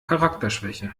charakterschwäche